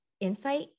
insight